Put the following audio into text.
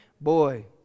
Boy